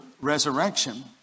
resurrection